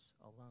alone